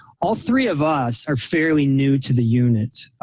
all three of us are fairly new to the units.